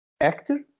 actor